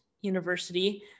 university